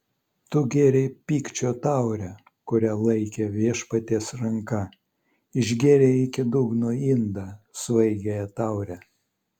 tu gėrei pykčio taurę kurią laikė viešpaties ranka išgėrei iki dugno indą svaigiąją taurę